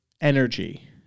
energy